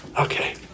Okay